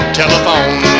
telephone